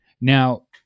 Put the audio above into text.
Now